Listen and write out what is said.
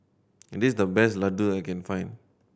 this the best Ladoo I can find